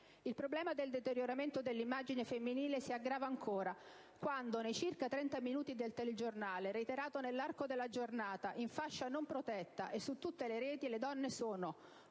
Il problema del deterioramento dell'immagine femminile si aggrava ancora quando, nei circa 30 minuti di telegiornale, reiterato nell'arco della giornata in fascia non protetta e su tutte le reti, le donne sono: